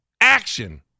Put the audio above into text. ACTION